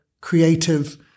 creative